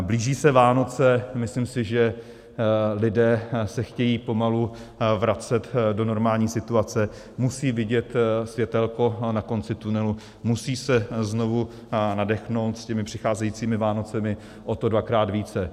Blíží se Vánoce, myslím si, že lidé se chtějí pomalu vracet do normální situace, musí vidět světélko na konci tunelu, musí se znovu nadechnout, s těmi přicházejícími Vánocemi o to dvakrát více.